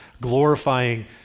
glorifying